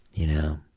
you know?